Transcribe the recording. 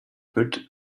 butt